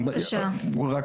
יש שני